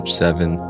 seven